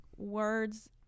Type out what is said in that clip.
words